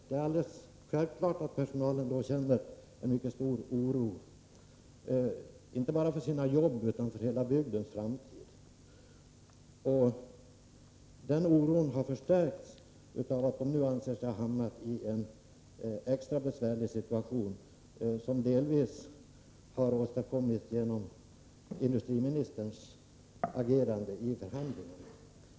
Det är helt självklart att personalen då känner mycket stor oro, inte bara för sina jobb utan också för hela bygdens framtid. Den oron har förstärkts av att de nu anser sig ha hamnat i en extra besvärlig situation, som delvis har åstadkommits genom industriministerns agerande i förhandlingarna.